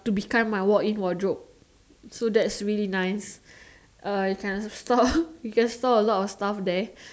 to become my walk in wardrobe so that's really nice uh you can store you can store a lot of stuff there